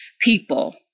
people